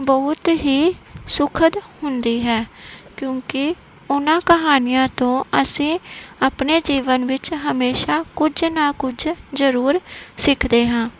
ਬਹੁਤ ਹੀ ਸ਼ੁਖਦ ਹੁੰਦੀ ਹੈ ਕਿਉਂਕਿ ਉਹਨਾਂ ਕਹਾਣੀਆਂ ਤੋਂ ਅਸੀਂ ਆਪਣੇ ਜੀਵਨ ਵਿੱਚ ਹਮੇਸ਼ਾ ਕੁਝ ਨਾ ਕੁਝ ਜਰੂਰ ਸਿੱਖਦੇ ਹਾਂ